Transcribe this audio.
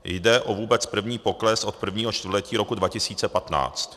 Jde o vůbec první pokles od prvního čtvrtletí roku 2015.